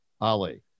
Ali